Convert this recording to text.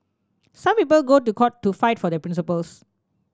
some people go to court to fight for their principles